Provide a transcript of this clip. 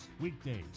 Weekdays